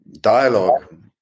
dialogue